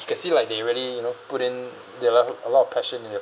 you can see like they really you know put in their love a lot of passion in their